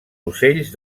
ocells